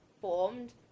formed